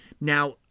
Now